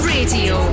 Radio